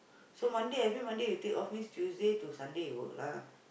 so Monday every Monday you take off means Tuesday to Sunday you work lah